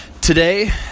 Today